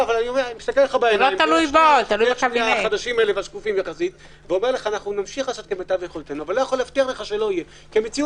נמשיך לעשות כמיטב יכולתנו אבל לא יכול להבטיח לך שלא יהיה.